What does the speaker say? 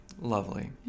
Lovely